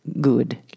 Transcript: good